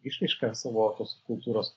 išraišką savo tos kultūros